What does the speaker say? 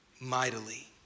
mightily